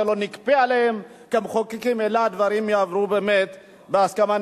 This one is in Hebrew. שלא נכפה עליהם כמחוקקים אלא שהדברים יעברו באמת בהסכמה.